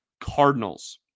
cardinals